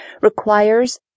requires